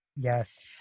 Yes